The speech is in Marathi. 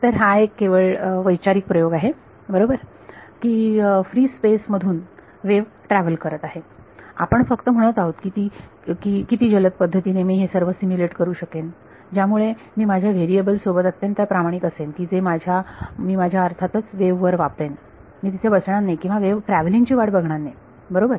तर हा एक केवळ वैचारिक प्रयोग आहे बरोबर की फ्री स्पेस मधून वेव्ह ट्रॅव्हल करत आहे आपण फक्त म्हणत आहोत की किती जलद पद्धतीने मी हे सर्व सिम्युलेट करू शकेन ज्यामुळे मी माझ्या व्हेरिएबल सोबत अत्यंत प्रामाणिक असेन की जे मी माझ्या अर्थातच वेव्ह वर वापरेन मी तिथे बसणार नाही किंवा वेव्ह ट्रॅव्हलिंग ची वाट बघणार नाही बरोबर